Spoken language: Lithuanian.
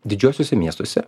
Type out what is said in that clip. didžiuosiuose miestuose